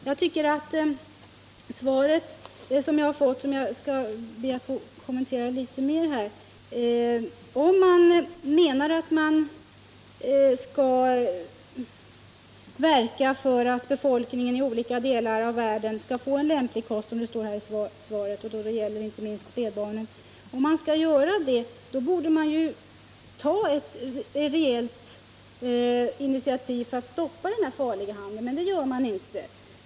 Jag skall be att få kommentera svaret litet mera. Om man skall ”verka för att befolkningen i olika delar av världen får en lämplig kost” — det gäller inte minst spädbarnen — borde man ta ett rejält initiativ för att stoppa denna farliga hantering. Men det gör man inte.